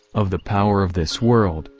of the power of this world,